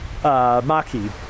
Maki